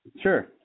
Sure